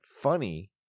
funny